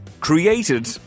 created